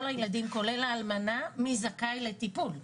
מבין כל הילדים, כולל האלמנה, מי זכאי לטיפול.